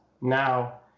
now